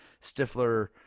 Stifler